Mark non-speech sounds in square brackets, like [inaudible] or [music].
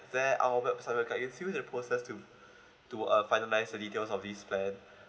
there our website will guide you through the process to [breath] to uh finalise the details of this plan